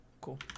cool